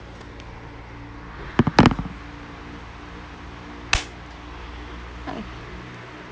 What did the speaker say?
okay